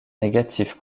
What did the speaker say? négatif